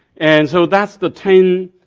and so that's the ten